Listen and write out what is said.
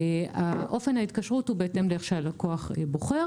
אופן ההתקשרות הוא בהתאם לאיך שהלקוח בוחר